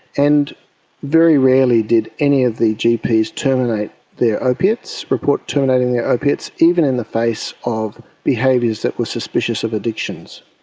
and very rarely did any of the gps terminate their opiates, report terminating their opiates, even in the face of behaviours that were suspicious of addictions.